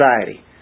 society